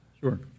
Sure